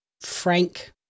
Frank